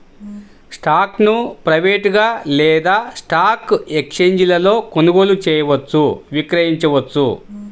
స్టాక్ను ప్రైవేట్గా లేదా స్టాక్ ఎక్స్ఛేంజీలలో కొనుగోలు చేయవచ్చు, విక్రయించవచ్చు